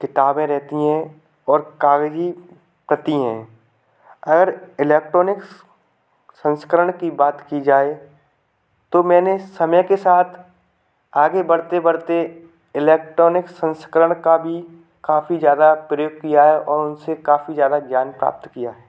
किताबें रहती हैं और कागज़ी प्रति हैं अगर इलेक्ट्रोनिक्स संस्करण की बात की जाए तो मैंने समय के साथ आगे बढ़ते बढ़ते इलेक्ट्रोनिक्स संस्करण का भी काफ़ी ज़्यादा प्रयोग किया है और उनसे काफ़ी ज़्यादा ज्ञान प्राप्त किया है